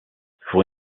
für